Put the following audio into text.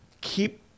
keep